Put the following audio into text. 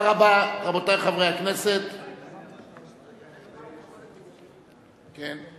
31 בעד, אין מתנגדים, אין נמנעים.